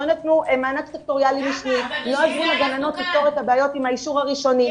לא נתנו מענק סקטוריאלי --- לפתור את הבעיות עם האישור הראשוני.